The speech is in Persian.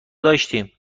داشتیم